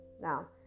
now